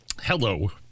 Hello